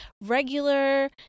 regular